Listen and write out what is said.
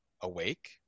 awake